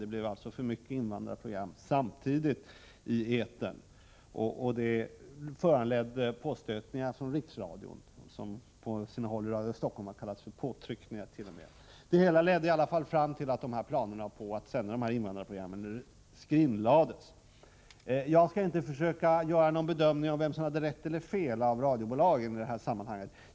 Det skulle alltså bli för många invandrarprogram samtidigt i etern, och det föranledde påstötningar från Riksradion, vilket på sina håll i Radio Stockholm t.o.m. har kallats påtryckningar. Följden blev i alla händelser att planerna på att sända invandrarprogrammen i fråga skrinlades. Jag skall inte försöka göra någon bedömning av vilket av radiobolagen som i det här fallet hade rätt eller fel.